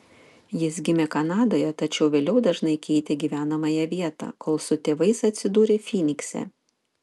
jis gimė kanadoje tačiau vėliau dažnai keitė gyvenamąją vietą kol su tėvais atsidūrė fynikse